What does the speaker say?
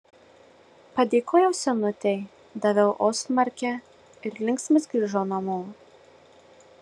padėkojau senutei daviau ostmarkę ir linksmas grįžau namo